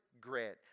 grant